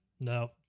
no